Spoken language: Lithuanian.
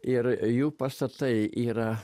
ir jų pastatai yra